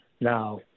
Now